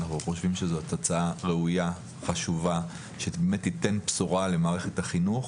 זאת הצעה ראויה וחשובה שתיתן בשורה למערכת החינוך.